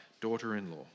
daughter-in-law